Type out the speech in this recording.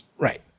Right